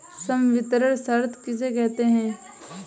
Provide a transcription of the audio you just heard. संवितरण शर्त किसे कहते हैं?